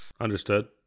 Understood